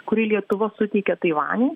kurį lietuva suteikė taivaniui